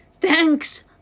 Thanks